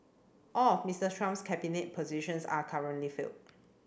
all of Mister Trump's cabinet positions are currently filled